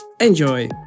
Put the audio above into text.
enjoy